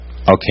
okay